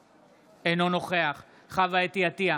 אינו נוכח חוה אתי עטייה,